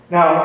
Now